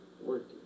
working